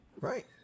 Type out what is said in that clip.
right